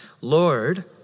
Lord